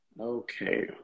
Okay